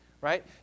right